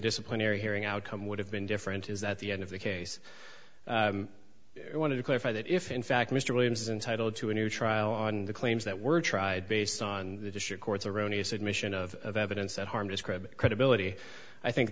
disciplinary hearing outcome would have been different is that the end of the case i wanted to clarify that if in fact mr williams intitled to a new trial on the claims that were tried based on the district court's erroneous admission of evidence that harm described credibility i think